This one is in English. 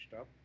up